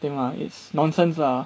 think ah it's nonsense ah